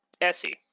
Essie